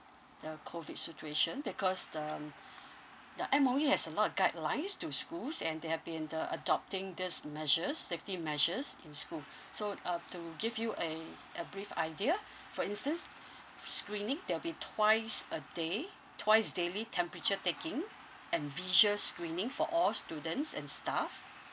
the COVID situation because the um the M_O_E has a lot of guidelines to schools and they have been the adopting these measures safety measures in school so uh to give you a a brief idea for instance screening there'll be twice a day twice daily temperature taking and vision screening for all students and staff